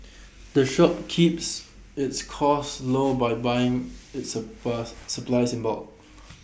the shop keeps its costs low by buying its supply supplies in bulk